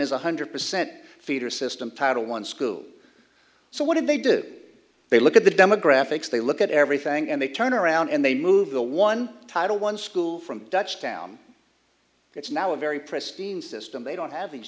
one hundred percent feeder system title one school so what do they do they look at the demographics they look at everything and they turn around and they move the one title one school from dutch town it's now a very pristine system they don't have these